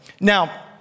Now